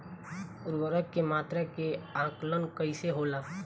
उर्वरक के मात्रा के आंकलन कईसे होला?